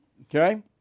Okay